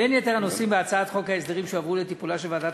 בין יתר הנושאים בהצעת חוק ההסדרים שהועברו לטיפולה של ועדת